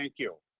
you.